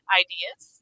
ideas